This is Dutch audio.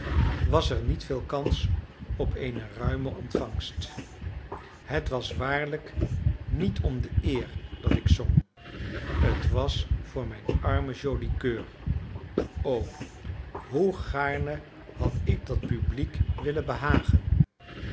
was er niet veel kans op eene ruime ontvangst het was waarlijk niet om de eer dat ik zong t was voor mijn armen joli coeur o hoe gaarne had ik dat publiek willen behagen